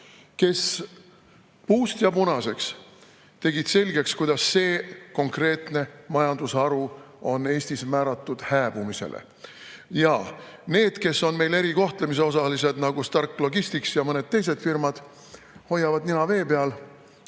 kes puust ja punaseks tegid selgeks, kuidas see konkreetne majandusharu on Eestis määratud hääbumisele. Jaa, need, kes on meil erikohtlemise osalised, nagu Stark Logistics ja mõned teised firmad, hoiavad nina vee peal.